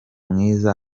mwiza